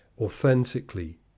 authentically